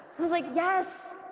was like yes,